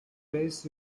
place